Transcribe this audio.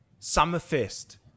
Summerfest